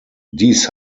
dies